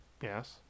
yes